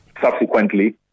subsequently